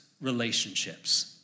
relationships